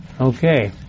Okay